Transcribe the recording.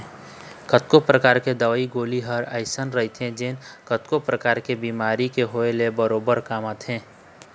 कतको परकार के दवई गोली ह अइसे रहिथे जेन कतको परकार के बेमारी के होय ले बरोबर काम आथे